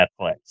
Netflix